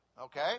Okay